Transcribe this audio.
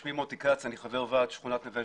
שמי מוטי כץ אני חבר ועד שכונת נווה